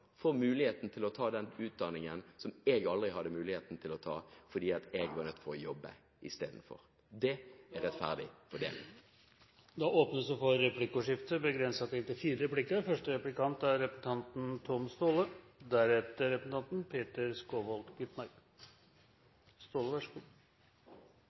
muligheten til å ta den utdanningen som jeg aldri hadde muligheten til å ta fordi jeg måtte jobbe istedenfor. Det er rettferdig fordeling. Det åpnes for replikkordskifte. Det er mange ting i utviklingsministerens innlegg jeg kunne tenkt meg å kommentere, men til